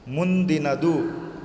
ಮುಂದಿನದು